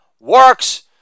Works